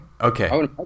Okay